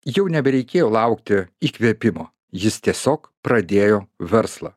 jau nebereikėjo laukti įkvėpimo jis tiesiog pradėjo verslą